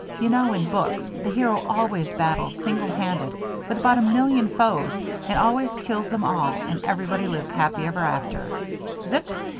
you know in books the hero always battles single-handed with about a million foes and always kills them all and everybody lives happy ever after zip!